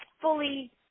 fully